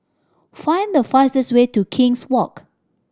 find the fastest way to King's Walk